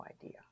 idea